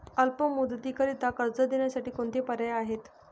अल्प मुदतीकरीता कर्ज देण्यासाठी कोणते पर्याय आहेत?